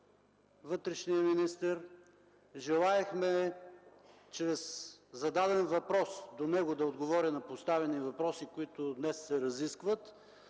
вътрешния министър, желаехме чрез зададен въпрос до него да отговори на поставени въпроси, които днес се разискват.